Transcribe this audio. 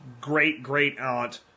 great-great-aunt